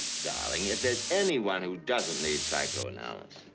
darling, if there's anyone who doesn't need psychoanalysis.